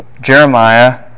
Jeremiah